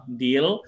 deal